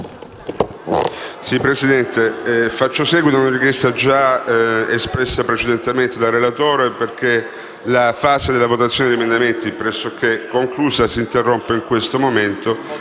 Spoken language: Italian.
Presidente, facendo seguito a una richiesta già espressa precedentemente dal relatore chiedo che la fase della votazione degli emendamenti, che è pressoché conclusa, si interrompa in questo momento.